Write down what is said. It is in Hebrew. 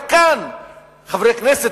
רק כאן חברי הכנסת,